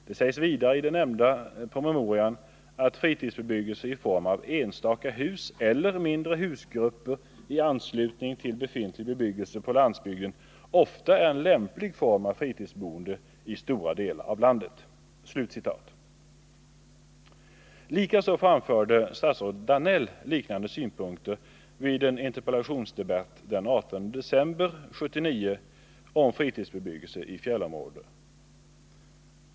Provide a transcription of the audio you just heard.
Det sägs vidare i den nämnda promemorian att fritidsbebyggelse i form av enstaka hus eller mindre husgrupper i anslutning till befintlig bebyggelse på landsbygden ofta är en lämplig form för fritidsboende i stora delar av Statsrådet Danell framförde liknande synpunkter i en interpellationsdebatt den 18 december 1979 om fritidsbebyggelse i fjällområden.